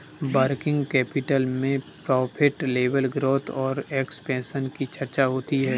working capital में profit level growth और expansion की चर्चा होती है